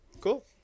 Cool